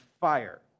fire